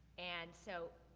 and so,